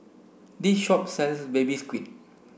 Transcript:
this shop sells baby squid